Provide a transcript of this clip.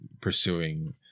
pursuing